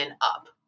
up